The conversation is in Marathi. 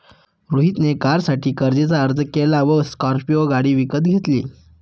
रोहित ने कारसाठी कर्जाचा अर्ज केला व स्कॉर्पियो गाडी विकत घेतली